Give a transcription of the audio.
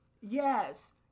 Yes